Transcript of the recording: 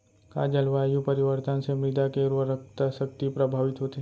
का जलवायु परिवर्तन से मृदा के उर्वरकता शक्ति प्रभावित होथे?